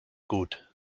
gut